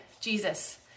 Jesus